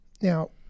now